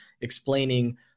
explaining